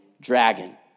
dragon